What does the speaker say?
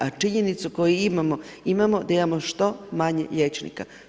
A činjenicu koju imamo, imamo da imamo što manje liječnika.